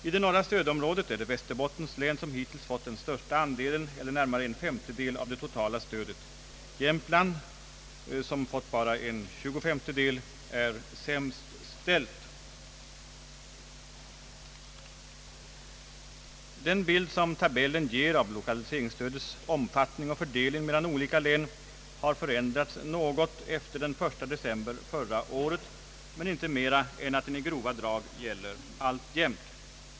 I det norra stödområdet är det Västerbottens län som hittills fått den största andelen eller närmare en femtedel av det totala stödet. Jämtland som bara fått en tjugofemtedel är sämst ställt. Den bild som tabellen ger av 1okaliseringsstödets omfattning och fördelning mellan olika län har förändrats något efter den 1 december förra året, men inte mera än att den i grova drag alltjämt gäller.